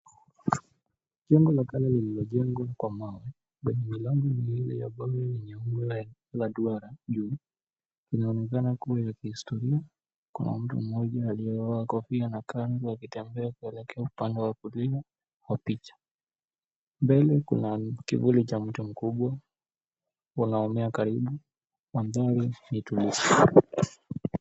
Jengo la kale lililojengwa kwa mawe, lenye milango miwili yenye umbo la duara, juu inaonekana kuwa ya kihistoria. Kuna mtu mmoja aliyevaa kofia na kanzu akitembea kuelekea upande wa kulia wa picha. Mbele kuna kivuli cha mti mkubwa unaomea karibu. Mandhari ni tulivu.